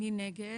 מי נגד?